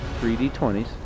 3d20s